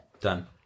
Done